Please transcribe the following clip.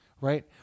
right